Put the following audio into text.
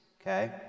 okay